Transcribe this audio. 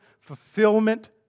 fulfillment